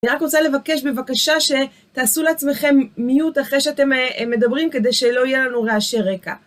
אני רק רוצה לבקש בבקשה שתעשו לעצמכם mute אחרי שאתם מדברים כדי שלא יהיה לנו רעשי רקע.